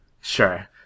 Sure